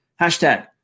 Hashtag